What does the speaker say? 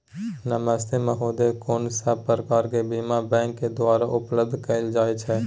नमस्ते महोदय, कोन सब प्रकार के बीमा बैंक के द्वारा उपलब्ध कैल जाए छै?